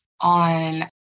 on